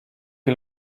che